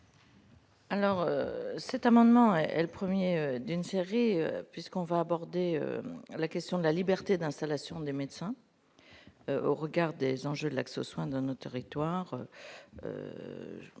Alors, cet amendement est le 1er d'une série puisqu'on va aborder la question de la liberté d'installation des médecins. Au regard des enjeux-là, que ce soit dans notre territoire